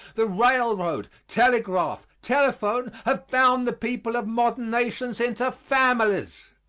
the railroad, telegraph, telephone have bound the people of modern nations into families.